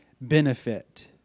benefit